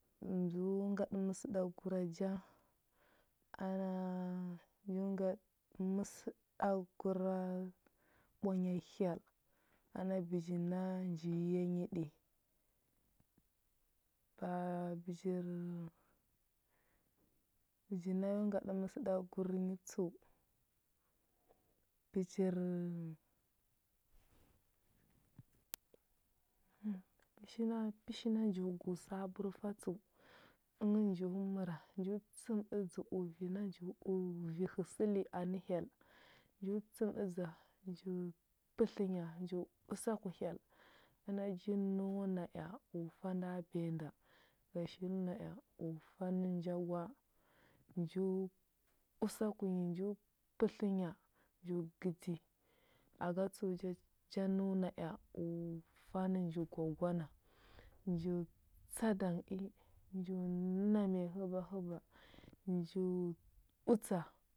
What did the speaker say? Ya nju ngaɗə məsəɗaguraja, kara- yo ngaɗə məsəɗagura ɓwanya hyel ana bəji na nji ya yi ɗi. Ka bəjir- bəji na yo ngaɗə məsəɗagur nə tsəu, pəchir-pəshina pəshina nju go sabur fa tsəu. Ə ngə nju məra, nju tsəmɗədzə u vi na nju əə vi həsəli anə hyel. Nju tsəmɗədza, nju pətlənya nju usaku hyel, əna ji nəu na ea u fa nda biya nda ga shili na ea u fa nə nja gwa. Nju usaku nyi nju pətlənya nju gədi, aga tsəu ja ja nəu na ea u fa nə nju gwa gwa na. Nju tsa dang i, nju na miya həba həba, nju utsa.